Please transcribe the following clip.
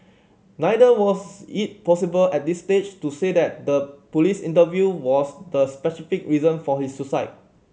neither was it possible at this stage to say that the police interview was the specific reason for his suicide